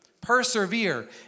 persevere